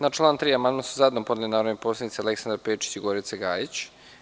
Na član 3. amandman su zajedno podneli narodni poslanici Aleksandar Pejčić i Gorica Gajić.